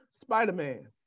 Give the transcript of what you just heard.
spider-man